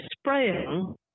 spraying